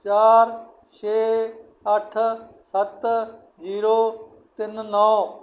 ਚਾਰ ਛੇ ਅੱਠ ਸੱਤ ਜੀਰੋ ਤਿੰਨ ਨੌਂ